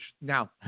Now